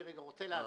אני רוצה להסביר.